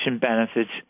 benefits